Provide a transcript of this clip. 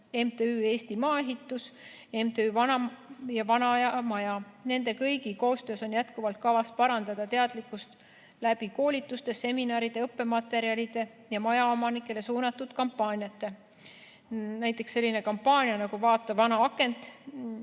MTÜ Eesti Maaehitus ja MTÜ Vanaajamaja. Nende kõigi koostöös on jätkuvalt kavas parandada teadlikkust koolituste, seminaride, õppematerjalide ja majaomanikele suunatud kampaaniatega. Näiteks, selline kampaania nagu "Vaata vana akent"